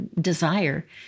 desire